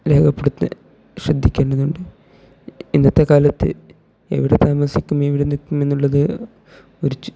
രേഖപ്പെടുത്തെ ശ്രദ്ധിക്കേണ്ടതുണ്ട് ഇന്നത്തെ കാലത്ത് എവിടെ താമസിക്കും എവിടെ നിൽക്കും എന്നുള്ളത് ഒരു